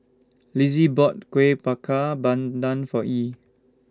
Lizzie bought Kueh Bakar Pandan For Yee